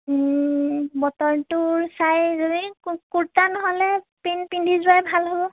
বতৰটো চাই যদি কুৰ্টা নহ'লে পেণ্ট পিন্ধি যোৱাই ভাল হ'ব